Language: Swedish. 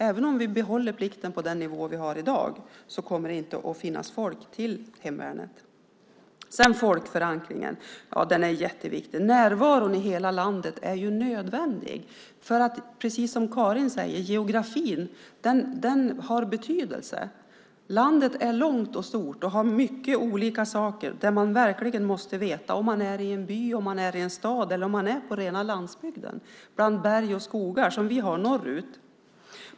Även om vi behåller plikten på den nivå som är i dag, kommer det inte att finnas folk till hemvärnet. Sedan är folkförankringen jätteviktig. Närvaron i hela landet är nödvändig, för precis som Karin säger har geografin betydelse. Landet är långt och stort, och det är en massa olika saker som man verkligen måste veta om man är i en by, i en stad eller på rena landsbygden bland berg och skogar, som vi har norrut.